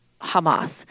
Hamas